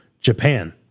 Japan